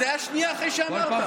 זה היה שנייה אחרי שאמרת,